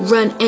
Run